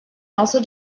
also